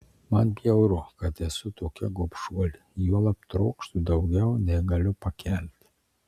man bjauru kad esu tokia gobšuolė juolab trokštu daugiau nei galiu pakelti